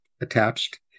attached